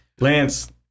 Lance